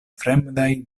fremdaj